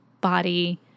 body